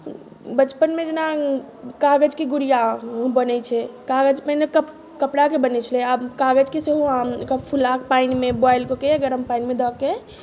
बचपनमे जेना कागजके गुड़िया बनैत छै कागज पहिने कप कपड़ाके बनैत छलै आब कागजके सेहो अहाँ ओकरा फुला कऽ पानिमे बोइल कऽ के गरम पानिमे दऽ के